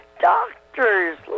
doctors